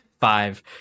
five